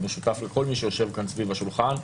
הוא משותף לכל מי שיושב כאן סביב השולחן.